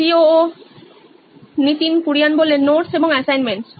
Nitin Kurian C O O নোইন electronics notes এবং assignments